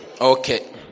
Okay